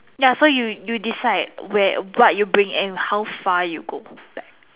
ya so you you decide where what you bring and how far you go like